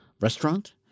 restaurant